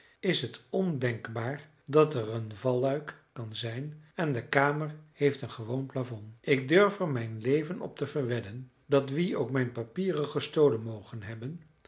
is het ondenkbaar dat er een valluik kan zijn en de kamer heeft een gewoon plafond ik durf er mijn leven op verwedden dat wie ook mijn papieren gestolen moge hebben